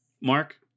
Mark